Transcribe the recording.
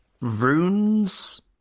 runes